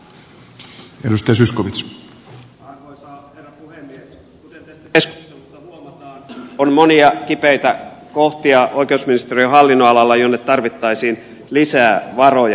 kuten tästä keskustelusta huomataan oikeusministeriön hallinnonalalla on monia kipeitä kohtia joihin tarvittaisiin lisää varoja